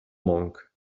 monk